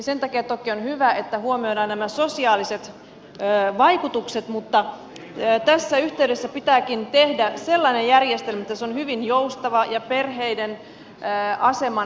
sen takia toki on hyvä että huomioidaan nämä sosiaaliset vaikutukset mutta tässä yhteydessä pitääkin tehdä sellainen järjestely että se on hyvin joustava ja perheiden aseman huomioiva